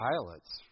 Pilots